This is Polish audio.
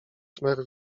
szmer